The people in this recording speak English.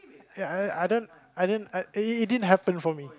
ya I I don't I don't it didn't happen for me